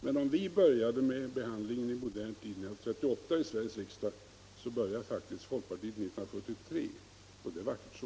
Men om vi började med behandlingen i svensk riksdag i modern tid — år 1938 — började faktiskt folkpartiet inte förrän 1973, och det är vackert så.